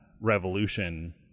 revolution